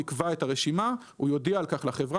יקבע את הרשימה ויודיע על כך לחברה.